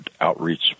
outreach